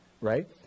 right